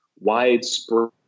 widespread